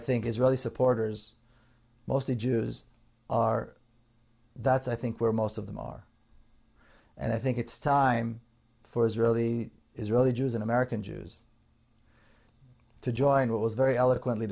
think israeli supporters mostly jews are that's i think where most of them are and i think it's time for israel the israeli jews an american jews to join what was very eloquently